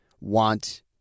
want